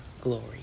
glory